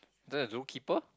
doesn't the zoo keeper